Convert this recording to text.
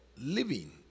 living